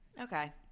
Okay